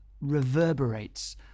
reverberates